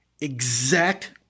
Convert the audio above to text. exact